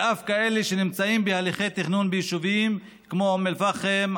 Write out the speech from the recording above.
ואף כאלה שנמצאים בהליכי תכנון ביישובים כמו אום אל-פחם,